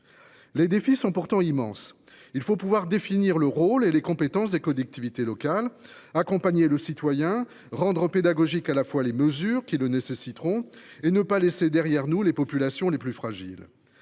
Les défis sont pourtant immenses : il faut définir le rôle et les compétences des collectivités locales, accompagner le citoyen, faire de la pédagogie lorsque cela est nécessaire et ne pas laisser derrière nous les populations les plus fragiles.